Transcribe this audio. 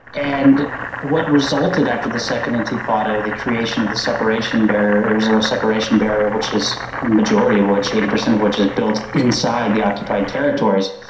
and what resulted after the second intifada, the creation of the separation barriers, or separation barrier, which is, the majority of which, eighty per cent of which, is built inside the occupied territories,